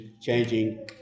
changing